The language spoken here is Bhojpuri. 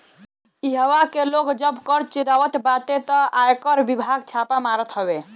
इहवा के लोग जब कर चुरावत बाटे तअ आयकर विभाग छापा मारत हवे